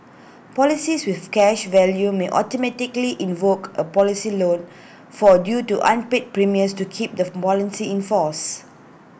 policies with cash value may automatically invoke A policy loan for A due to unpaid premiums to keep the policy in force